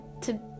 to-